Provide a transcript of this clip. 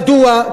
מדוע?